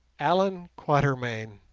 allan quatermain,